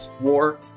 War